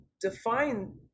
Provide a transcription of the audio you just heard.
define